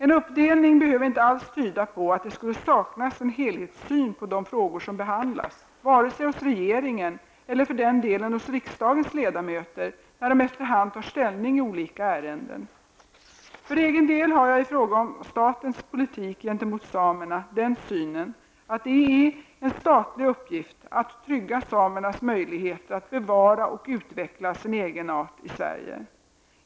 En uppdelning behöver inte alls tyda på att det skulle saknas en helhetssyn på de frågor som behandlas, vare sig hos regeringen eller för den delen hos riksdagens ledamöter när de efter hand tar ställning i olika ärenden. För egen del har jag i frågan om statens politik gentemot samerna den synen att det är en statlig uppgift att trygga samernas möjligheter att bevara och utveckla sin egenart i Sverige.